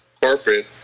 Corporate